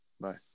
Bye